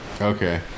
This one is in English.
Okay